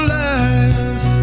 life